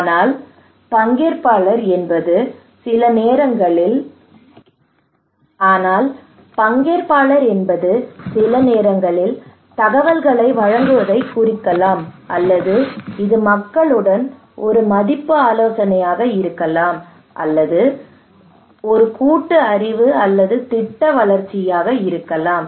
ஆனால் பங்கேற்பாளர் என்பது சில நேரங்களில் தகவல்களை வழங்குவதைக் குறிக்கலாம் அல்லது இது மக்களுடன் ஒரு மதிப்பு ஆலோசனையாக இருக்கலாம் அல்லது அது கூட்டு அறிவு அல்லது திட்ட வளர்ச்சியில் இருக்கலாம்